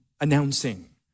announcing